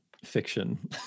fiction